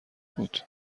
بود